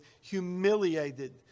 humiliated